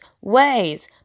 ways